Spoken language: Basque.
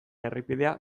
errepidea